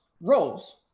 roles